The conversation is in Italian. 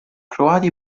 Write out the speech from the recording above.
croati